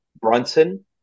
Brunson